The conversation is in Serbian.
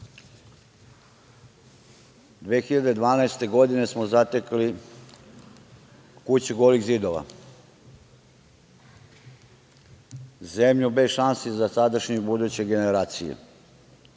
2012. godine smo zatekli kuću golih zidova, zemlju bez šansi za sadašnje i buduće generacije.